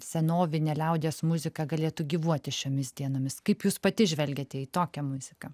senovinė liaudies muzika galėtų gyvuoti šiomis dienomis kaip jūs pati žvelgiate į tokią muziką